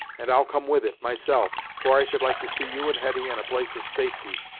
and i'll come with it, myself, for i should like to see you and hetty in a place of safety,